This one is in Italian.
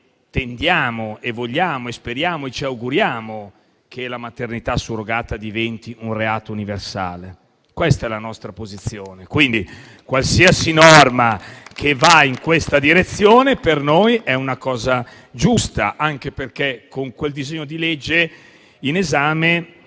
tendiamo e vogliamo e speriamo e ci auguriamo che la maternità surrogata diventi un reato universale. Questa è la nostra posizione. Qualsiasi norma che va in questa direzione per noi è giusta. E ciò anche perché con il disegno di legge in esame